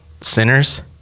sinners